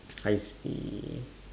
I see